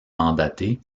mandaté